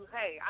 hey